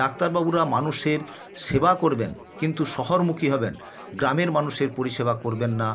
ডাক্তারবাবুরা মানুষের সেবা করবেন কিন্তু শহরমুখী হবেন গ্রামের মানুষের পরিষেবা করবেন না